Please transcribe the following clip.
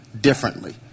differently